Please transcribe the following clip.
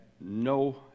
no